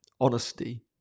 honesty